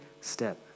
step